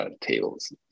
tables